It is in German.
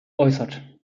äußert